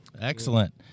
Excellent